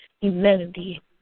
humanity